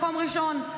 מקום ראשון.